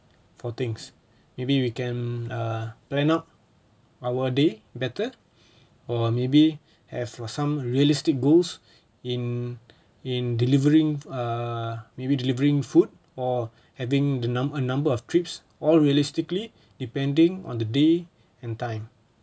for things maybe we can err plan up our day better or maybe have some realistic goals in in delivering uh maybe delivering food or having the number a number of trips all realistically depending on the day and time